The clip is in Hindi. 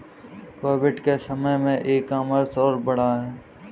कोविड के समय में ई कॉमर्स और बढ़ा है